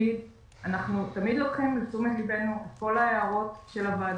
אנחנו תמיד לוקחים לתשומת לבנו את כל ההערות של הוועדה,